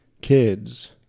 kids